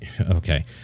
okay